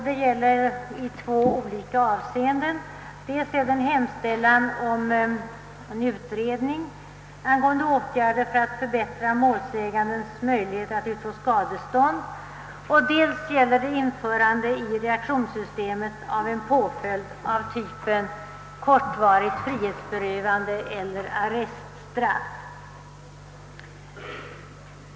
De innehåller dels en hemställan om en utredning angående åtgärder för att förbättra målsägandens möjligheter att utfå skadestånd, dels krav på ett införande i reaktionssystemet av en påföljd av typen kortvarigt frihetsberövande eller arreststraff.